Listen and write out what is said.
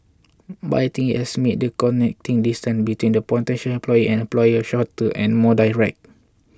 but I think it has made the connecting distance between the potential employee and employer shorter and more direct